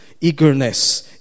eagerness